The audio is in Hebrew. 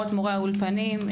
500 מורים בסך הכול.